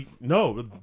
No